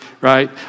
right